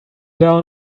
down